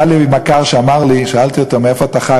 היה לי מכר שאמר לי, שאלתי אותו: ממה אתה חי?